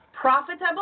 Profitable